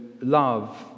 love